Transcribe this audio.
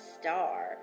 star